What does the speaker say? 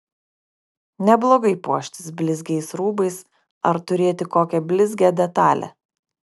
neblogai puoštis blizgiais rūbais ar turėti kokią blizgią detalę